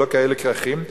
ולא כאלה כרכים,